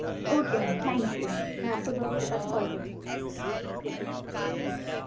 okay ma'am thank you میں آپ کو دو ہفتے بعد کال کرتی ہوں شکریہ